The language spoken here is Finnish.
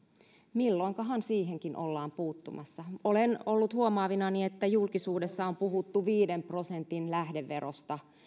milloinkahan niihinkin ollaan puuttumassa olen ollut huomaavinani että julkisuudessa on puhuttu viiden prosentin lähdeverosta